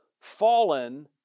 fallen